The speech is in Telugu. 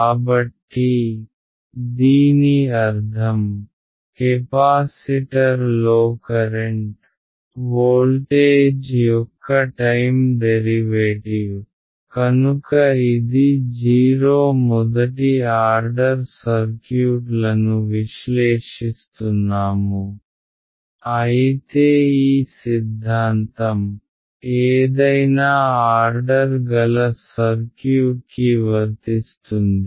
కాబట్టి దీని అర్ధం కెపాసిటర్ లో కరెంట్ వోల్టేజ్ యొక్క టైమ్ డెరివేటివ్ కనుక ఇది 0 మొదటి ఆర్డర్ సర్క్యూట్ లను విశ్లేషిస్తున్నాము అయితే ఈ సిద్ధాంతం ఏదైనా ఆర్డర్ గల సర్క్యూట్ కి వర్తిస్తుంది